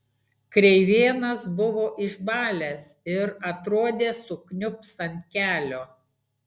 kreivėnas buvo išbalęs ir atrodė sukniubs ant kelio